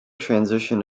transition